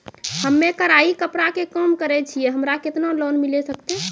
हम्मे कढ़ाई कपड़ा के काम करे छियै, हमरा केतना लोन मिले सकते?